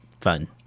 Fun